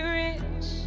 rich